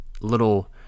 little